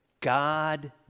God